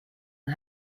und